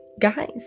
guys